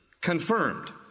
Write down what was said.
confirmed